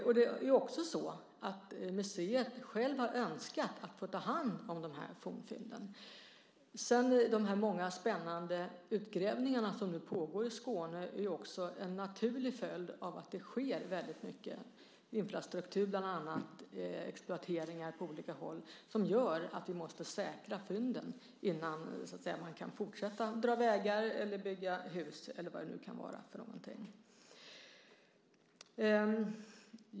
Museet har självt önskat att få ta hand om fornfynden. Det pågår nu många spännande utgrävningar i Skåne. Det är en naturlig följd av att det sker väldig mycket. Det är bland annat infrastruktur och exploateringar på olika håll som gör att vi måste säkra fynden innan man kan fortsätta att dra vägar, bygga hus eller vad det nu kan vara för någonting.